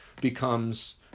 becomes